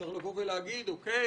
אפשר לבוא ולהגיד: אוקי,